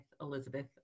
Elizabeth